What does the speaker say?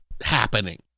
happening